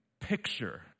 picture